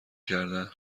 کردن